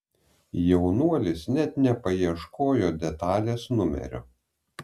jaunuolis net nepaieškojo detalės numerio